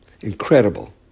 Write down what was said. Incredible